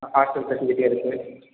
hostel facility அதுக்கு